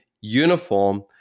uniform